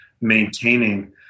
maintaining